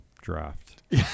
draft